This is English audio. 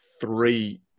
three